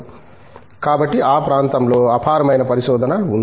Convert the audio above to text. కాబట్టి ఆ ప్రాంతం లో అపారమైన పరిశోధన ఉంది